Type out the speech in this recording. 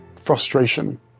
frustration